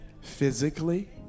physically